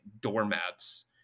doormats